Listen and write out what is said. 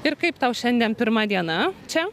ir kaip tau šiandien pirma diena čia